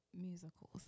musicals